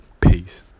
Peace